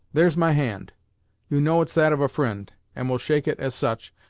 there's my hand you know it's that of a fri'nd, and will shake it as such,